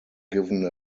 given